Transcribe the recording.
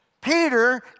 Peter